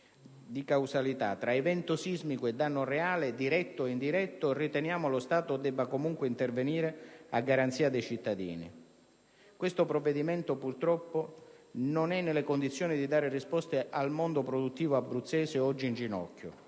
di causalità tra evento sismico e danno reale, diretto o indiretto, riteniamo lo Stato debba comunque intervenire a garanzia dei cittadini. Questo provvedimento purtroppo non è nelle condizioni di dare risposte al mondo produttivo abruzzese oggi in ginocchio.